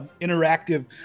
interactive